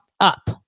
up